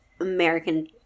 American